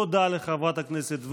תודה לחברת הכנסת וולדיגר.